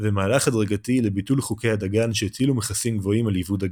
ומהלך הדרגתי לביטול חוקי הדגן שהטילו מכסים גבוהים על ייבוא דגן.